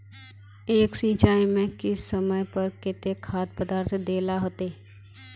एक सिंचाई में किस समय पर केते खाद पदार्थ दे ला होते?